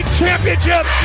championship